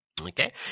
Okay